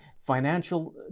financial